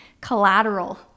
collateral